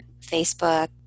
Facebook